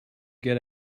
get